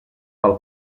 pel